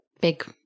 big